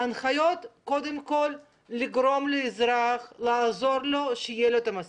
ההנחיות צריכות להיות שקודם כול עוזרים לאזרח שתהיה לו מסכה.